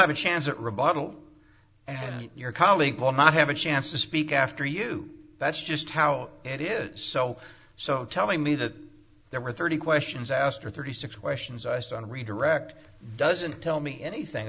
have a chance at rebuttal and your colleagues will not have a chance to speak after you that's just how it is so so tell me that there were thirty questions asked for thirty six questions i asked on redirect doesn't tell me anything